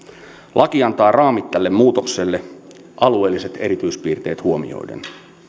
laki antaa raamit tälle muutokselle alueelliset erityispiirteet huomioiden